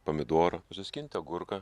pomidorą nusiskinti agurką